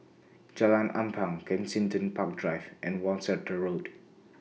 Jalan Ampang Kensington Park Drive and Worcester Road